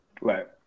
Right